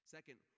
Second